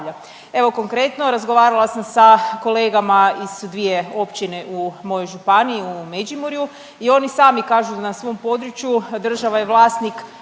Evo konkretno, razgovarala sam sa kolegama iz dvije općine u mojoj županiji u Međimurju i oni sami kažu na svom području država je vlasnik